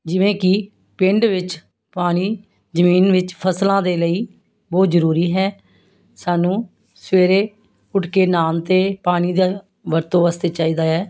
ਜਿਵੇਂ ਕਿ ਪਿੰਡ ਵਿੱਚ ਪਾਣੀ ਜ਼ਮੀਨ ਵਿੱਚ ਫਸਲਾਂ ਦੇ ਲਈ ਬਹੁਤ ਜ਼ਰੂਰੀ ਹੈ ਸਾਨੂੰ ਸਵੇਰੇ ਉੱਠ ਕੇ ਨਹਾਉਣ ਤੇ ਪਾਣੀ ਦਾ ਵਰਤੋਂ ਵਾਸਤੇ ਚਾਹੀਦਾ ਹੈ